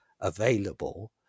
available